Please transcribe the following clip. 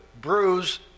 bruise